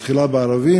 היא מתחילה בערבים,